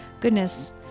goodness